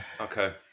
okay